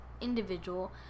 individual